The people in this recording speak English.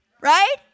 Right